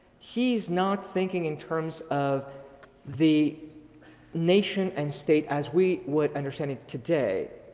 he's not thinking in terms of the nation and state as we would understand it today.